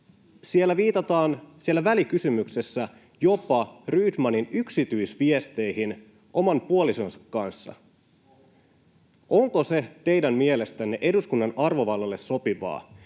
siellä välikysymyksessä viitataan jopa Rydmanin yksityisviesteihin oman puolisonsa kanssa. Onko se teidän mielestänne eduskunnan arvovallalle sopivaa,